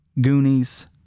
Goonies